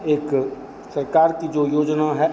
एक सरकार की जो योजना है